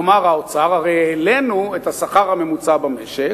יאמר האוצר: הרי העלינו את השכר הממוצע במשק,